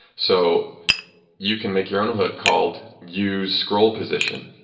so you can make your own hook called use scroll position.